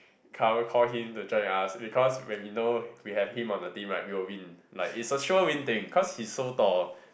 come call him to join us because when we know we have him on the team right we will win like it's a sure win thing cause he's so tall